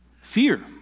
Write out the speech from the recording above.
Fear